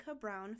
Brown